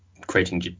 creating